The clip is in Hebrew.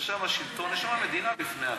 יש שם שלטון, יש שם מדינה בפני עצמה.